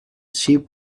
sheep